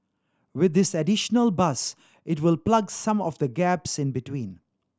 with this additional bus it will plug some of the gaps in between